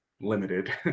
limited